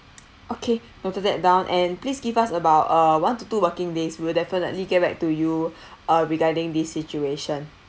okay noted that down and please give us about uh one to two working days we'll definitely get back to you uh regarding this situation